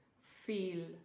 feel